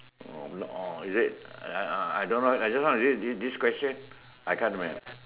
oh oh is it I I I don't know I don't know is it this question I can't remember